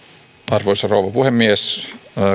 arvoisa rouva puhemies